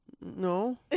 No